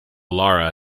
lara